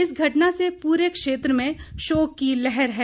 इस घटना से पूरे क्षेत्र में शोक की लहर है